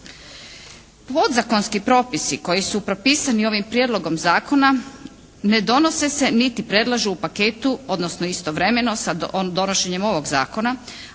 Podzakonski propisi koji su propisani ovim prijedlogom zakona ne donose se niti predlažu u paketu odnosno istovremeno sa donošenjem ovog zakona